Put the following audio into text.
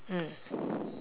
mm